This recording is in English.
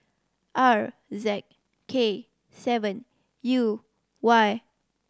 R Z K seven U Y